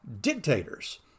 dictators